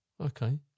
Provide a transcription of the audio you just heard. Okay